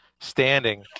standing